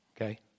okay